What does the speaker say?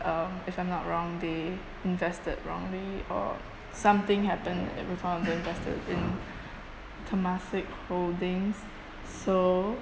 um if I'm not wrong they invested wrongly or something happened and we found the investor in temasek holdings so